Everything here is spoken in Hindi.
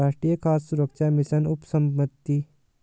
राष्ट्रीय खाद्य सुरक्षा मिशन उपसमिति दो हजार सात में शुरू हुई थी